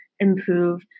improve